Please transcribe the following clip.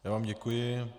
Já vám děkuji.